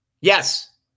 Yes